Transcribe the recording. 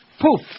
Poof